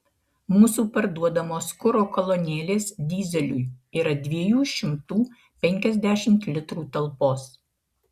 mūsų parduodamos kuro kolonėlės dyzeliui yra dviejų šimtų penkiasdešimt litrų talpos